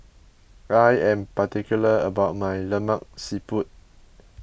I am particular about my Lemak Siput